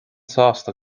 sásta